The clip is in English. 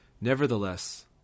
nevertheless